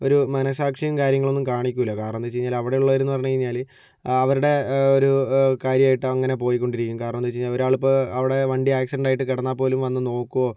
ഒരു മനസ്സാക്ഷിയും കാര്യങ്ങളൊന്നും കാണിക്കില്ല കാരണമെന്ന് വച്ച് കഴിഞ്ഞാൽ അവിടെ ഉള്ളവരെന്ന് പറഞ്ഞ് കഴിഞ്ഞാൽ ആ അവരുടെ ഒരു കാര്യവുമായിട്ട് അങ്ങനെ പോയിക്കൊണ്ടിരിക്കും കാരണം എന്താണെന്ന് വച്ച് കഴിഞ്ഞാൽ ഒരാളിപ്പോൾ അവിടെ വണ്ടി ആക്സിഡന്റായിട്ട് കിടന്നാൽ പോലും വന്ന് നോക്കുകയോ